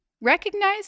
Recognize